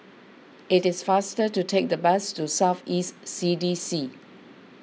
it is faster to take the bus to South East C D C